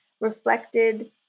reflected